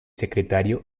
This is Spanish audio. secretario